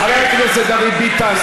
חבר הכנסת דוד ביטן,